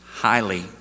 highly